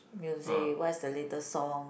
music what is the latest song